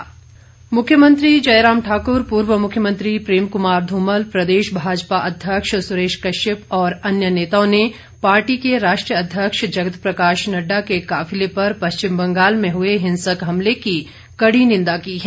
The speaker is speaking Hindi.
निंदा मुख्यमंत्री जयराम ठाकुर पूर्व मुख्यमंत्री प्रेम कुमार धूमल प्रदेश भाजपा अध्यक्ष सुरेश कश्यप और अन्य नेताओं ने पार्टी के राष्ट्रीय अध्यक्ष जगत प्रकाश नड्डा के काफिले पर पश्चिम बंगाल में हुए हिंसक हमले की कड़ी निंदा की है